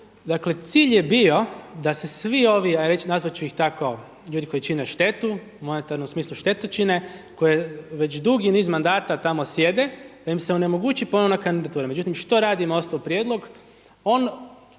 cilj je bio da se svi ovi, a nazvat ću ih tako ljudi koji čine štetu u monetarnom smislu štetu čine, koje već dugi niz mandata tamo sjede, da im se onemogući ponovna kandidatura. Međutim što radi MOST-ov prijedlog? On